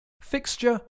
fixture